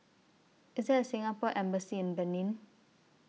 IS There A Singapore Embassy in Benin